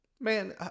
man